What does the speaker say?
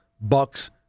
Bucks